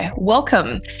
Welcome